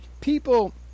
people